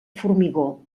formigó